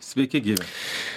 sveiki gyvi